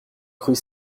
crut